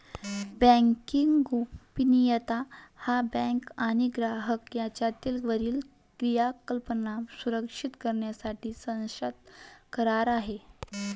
banking गोपनीयता हा bank आणि ग्राहक यांच्यातील वरील क्रियाकलाप सुरक्षित करण्यासाठी सशर्त करार आहे